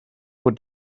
would